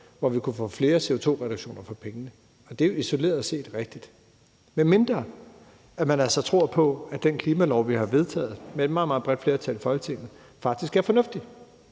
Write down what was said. hvor vi kunne få flere CO2-reduktioner for pengene? Det er jo isoleret set rigtigt, medmindre man tror på, at den klimalov, vi har vedtaget med et meget, meget bredt flertal i Folketinget, faktisk er fornuftig,